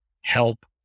help